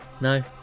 No